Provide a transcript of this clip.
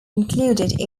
included